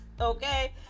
okay